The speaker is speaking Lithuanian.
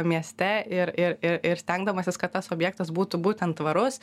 mieste ir ir ir ir stengdamasis kad tas objektas būtų būtent tvarus